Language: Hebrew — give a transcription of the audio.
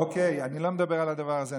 אוקי, אני לא מדבר על הדבר הזה.